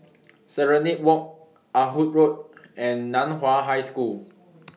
Serenade Walk Ah Hood Road and NAN Hua High School